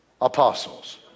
apostles